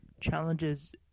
Challenges